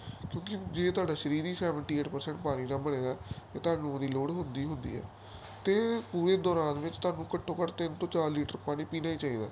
ਕਿਉਂਕਿ ਜੇ ਤੁਹਾਡਾ ਸਰੀਰ ਹੀ ਸੈਵਨਟੀ ਏਟ ਪਰਸੈਂਟ ਪਾਣੀ ਨਾਲ ਬਣੇਗਾ ਅਤੇ ਤੁਹਾਨੂੰ ਉਹਦੀ ਲੋੜ ਹੁੰਦੀ ਹੁੰਦੀ ਹੈ ਅਤੇ ਪੂਰੇ ਦੌਰਾਨ ਵਿੱਚ ਤੁਹਾਨੂੰ ਘੱਟੋ ਘੱਟ ਤਿੰਨ ਤੋਂ ਚਾਰ ਲੀਟਰ ਪਾਣੀ ਪੀਣਾ ਹੀ ਚਾਹੀਦਾ